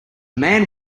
man